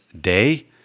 day